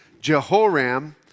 Jehoram